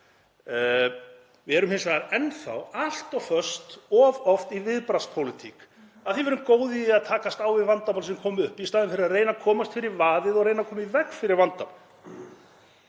Við erum hins vegar enn þá of oft allt of föst í viðbragðspólitík, af því við erum góð í að takast á við vandamál sem koma upp í staðinn fyrir að reyna að komast fyrir vaðið og reyna að koma í veg fyrir vandann.